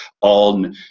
on